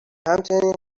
همچنین